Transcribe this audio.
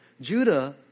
judah